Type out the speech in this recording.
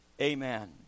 amen